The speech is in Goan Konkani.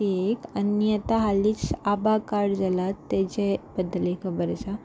ती एक आनी आतां हालींच आभा कार्ड जालां ताजे बद्दल एक खबर आसा